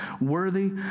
worthy